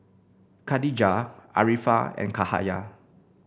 Katijah Arifa and Cahaya